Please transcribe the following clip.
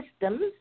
systems